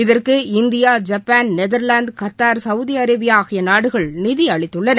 இதற்கு India Japan Netherlands Qatar சவுதிஅரேபியாஆகியநாடுகள் நிதிஅளித்துள்ளன